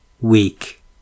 weak